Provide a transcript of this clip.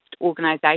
organisation